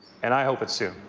and i hope it's soon.